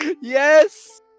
Yes